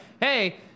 Hey